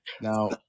Now